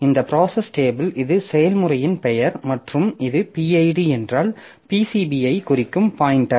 இந்த process table இது செயல்முறையின் பெயர் மற்றும் இது pid என்றால் PCBஐ குறிக்கும் பாய்ன்டெர்